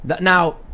Now